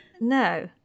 no